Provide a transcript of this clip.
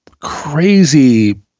crazy